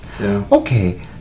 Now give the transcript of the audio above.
Okay